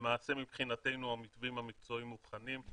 מבחינתנו, המתווים המקצועיים מוכנים.